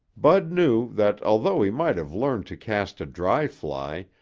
bud knew that although he might have learned to cast a dry fly,